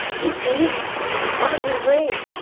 you eat while you dream.